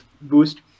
boost